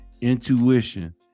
Intuition